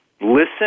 listen